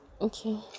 okay